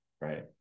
right